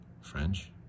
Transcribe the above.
French